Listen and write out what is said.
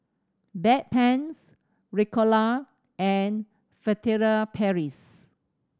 Bedpans Ricola and Furtere Paris